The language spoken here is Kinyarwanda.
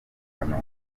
kanombe